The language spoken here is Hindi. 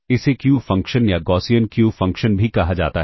इसे Q फ़ंक्शन या गॉसियन Q फ़ंक्शन भी कहा जाता है